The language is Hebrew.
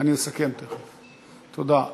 ההצעה להעביר את הנושא לוועדת הכספים נתקבלה.